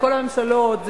כל הממשלות,